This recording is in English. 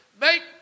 make